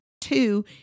two